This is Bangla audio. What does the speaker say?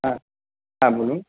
হ্যাঁ হ্যাঁ বলুন